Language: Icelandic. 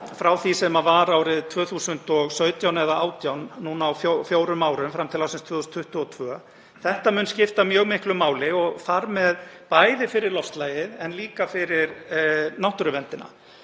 frá því sem var árið 2017 eða 2018, núna á fjórum árum fram til ársins 2022. Þetta mun skipta mjög miklu máli fyrir loftslagið en líka fyrir náttúruverndina.